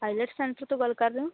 IELTS centre ਤੋਂ ਗੱਲ ਕਰ ਰਹੇ ਹੋ